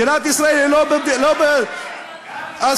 מדינת שישראל זה גם יהודה ושומרון.